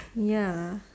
ya